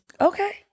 Okay